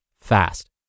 fast